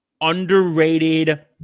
underrated